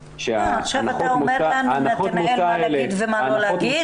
עכשיו אתה אומר לנו מה להגיד ומה לא להגיד?